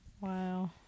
Wow